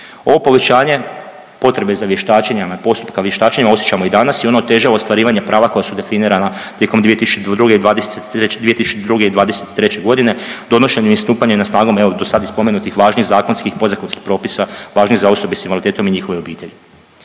Ovo povećanje potrebe za vještačenjima, postupka vještačenja osjećamo i danas i ono otežava ostvarivanje prava koja su definirana tijekom 2002., 2002. i '23. godine donošenjem na i stupanjem na snagu evo dosad spomenutih važnih zakonskih i podzakonskih propisa važnih za osobe s invaliditetom i njihove obitelji.